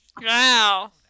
Wow